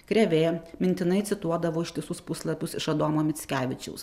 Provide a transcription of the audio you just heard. krėvė mintinai cituodavo ištisus puslapius iš adomo mickevičiaus